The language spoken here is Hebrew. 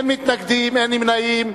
אין מתנגדים, אין נמנעים.